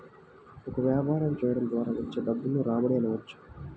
ఒక వ్యాపారం చేయడం ద్వారా వచ్చే డబ్బును రాబడి అనవచ్చు